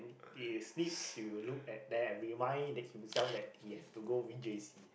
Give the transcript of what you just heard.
he sleep she will look at there and remind himself that he has to go v_j_c